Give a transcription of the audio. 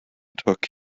took